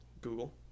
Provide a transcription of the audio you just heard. google